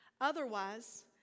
Otherwise